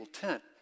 tent